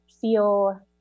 feel